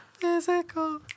physical